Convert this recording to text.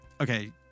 okay